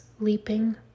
leaping